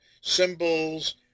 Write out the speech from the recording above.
symbols